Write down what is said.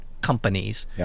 companies